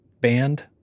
band